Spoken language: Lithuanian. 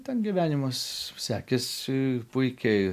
ten gyvenimas sekėsi puikiai